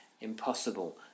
impossible